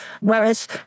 Whereas